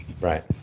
Right